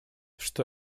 что